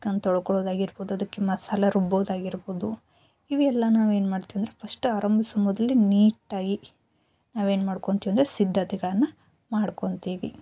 chicken ತೊಳ್ಕೊಳ್ಳೋದಾಗಿರ್ಬೋದು ಅದಕ್ಕೆ ಮಸಾಲ ರುಬ್ಬೋದಾಗಿರ್ಬೋದು ಇವೆಲ್ಲ ನಾವೇನು ಮಾಡ್ತೇವೆ ಅಂದ್ರೆ ಫರ್ಸ್ಟ್ ಆರಂಭಿಸುವ ಮೊದಲೆ ನೀಟಾಗಿ ನಾವೇನು ಮಾಡ್ಕೋತೀವಂದ್ರೆ ಸಿದ್ದತೆಗಳನ್ನು ಮಾಡ್ಕೋತೀವಿ